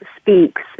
speaks